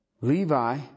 Levi